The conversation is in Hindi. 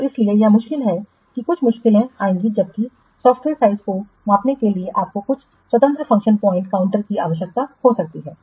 तो इसीलिए यह मुश्किल है कि कुछ मुश्किलें आएंगी जबकि सॉफ्टवेयर साइज़ को मापने के लिए आपको कुछ स्वतंत्र फंक्शन पॉइंट काउंटर की आवश्यकता हो सकती है